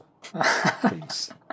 Please